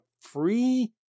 free